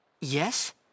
yes